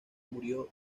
murió